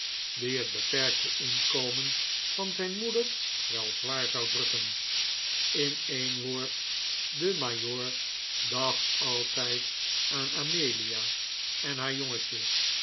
die het beperkte inkomen van zijn moeder wel zwaar zou drukken in een woord de majoor dacht altijd aan amelia en haar jongetje